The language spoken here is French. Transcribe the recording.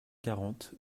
quarante